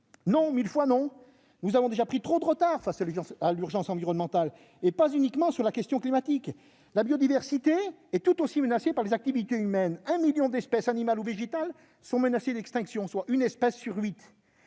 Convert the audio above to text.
Non, mille fois non : nous avons déjà pris trop de retard face à l'urgence environnementale, au-delà de la seule question climatique. La biodiversité est tout aussi menacée par les activités humaines : un million d'espèces animales ou végétales sont menacées d'extinction, soit une espèce sur huit